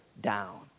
down